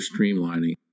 streamlining